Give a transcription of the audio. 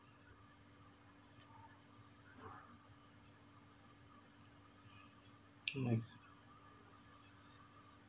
mm like